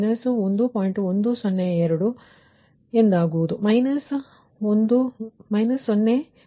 102 ಎಂದಾಗುವುದು 0